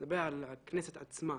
אני מדבר על הכנסת עצמה.